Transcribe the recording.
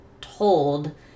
told